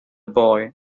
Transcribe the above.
boy